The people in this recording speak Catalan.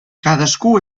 cadascú